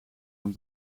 een